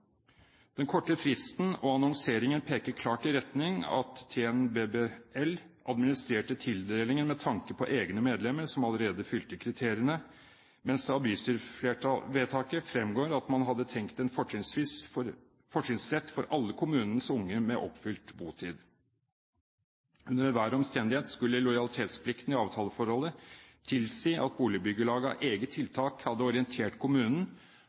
Den korte fristen og annonseringen peker klart i retning av at TNBBL administrerte tildelingen med tanke på egne medlemmer som allerede fylte kriteriene, mens det av bystyrevedtaket fremgår at man hadde tenkt en fortrinnsrett for alle kommunens unge med oppfylt botid. Under enhver omstendighet skulle lojalitetsplikten i avtaleforholdet tilsi at boligbyggelaget av eget tiltak hadde orientert kommunen